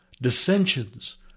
dissensions